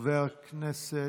חבר הכנסת